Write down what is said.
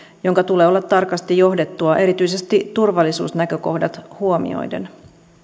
jonka tulee olla tarkasti johdettua erityisesti turvallisuusnäkökohdat huomioiden